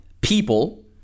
people